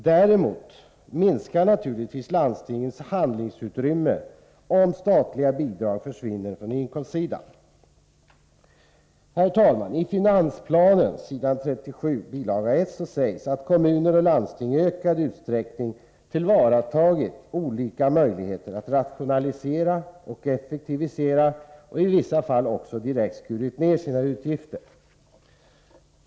Däremot minskar naturligtvis landstingens handlingsutrymme, om statliga bidrag försvinner från inkomstsidan. Herr talman! I finansplanen, s. 37 bilaga 1, sägs att kommuner och landsting i ökad utsträckning tillvaratagit olika möjligheter att rationalisera och effektivisera, i vissa fall också direkt skurit ner sina utgifter.